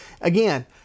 again